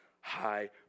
high